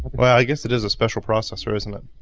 well i guess it is a special processor, isn't it?